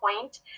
point